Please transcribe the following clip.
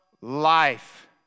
life